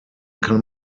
kann